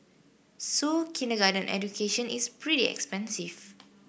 so kindergarten education is pretty expensive